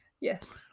Yes